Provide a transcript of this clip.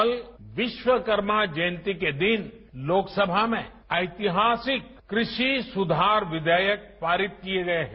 कल विश्वकर्मा जयंती के दिन लोकसभा में ऐतिहासिक कृषि सुधार विधेयक पारित किए गए हैं